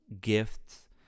gifts